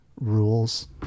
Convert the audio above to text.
rules